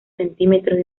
centímetros